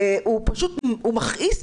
הוא מכעיס,